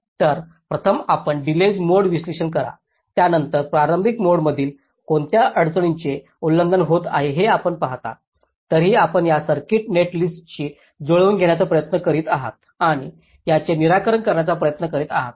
तर प्रथम आपण डिलेज मोड विश्लेषण करा त्यानंतर प्रारंभिक मोडमधील कोणत्या अडचणींचे उल्लंघन होत आहे हे आपण पाहता तरीही आपण या सर्किट नेटलिस्टशी जुळवून घेण्याचा प्रयत्न करीत आहात आणि त्यांचे निराकरण करण्याचा प्रयत्न करीत आहात